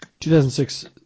2006